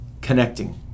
connecting